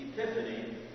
Epiphany